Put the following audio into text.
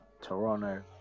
Toronto